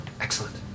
Excellent